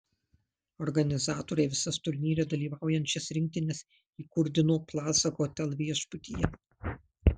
organizatoriai visas turnyre dalyvaujančias rinktines įkurdino plaza hotel viešbutyje